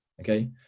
Okay